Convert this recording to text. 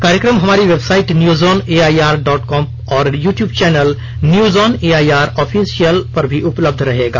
कार्यक्रम हमारी website news on AIR dot com और YouTube channel news on AIR official पर भी उपलब्ध रहेगा